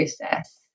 process